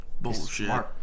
Bullshit